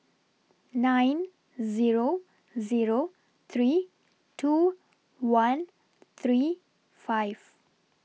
nine Zero Zero three two one three five